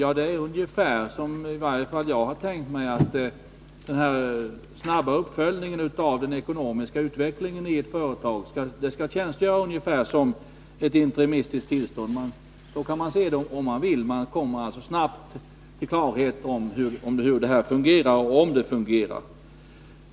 Ja, i varje fall jag har tänkt mig att den här snabba uppföljningen av den ekonomiska utvecklingen för ett företag skall tjänstgöra ungefär som ett interimistiskt tillstånd. Så kan man se saken, om man vill. Man kommer alltså snabbt till klarhet om hur ett företag fungerar och om det fungerar.